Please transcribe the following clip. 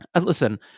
listen